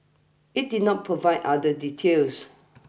it did not provide other details